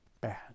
bad